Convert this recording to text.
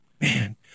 Man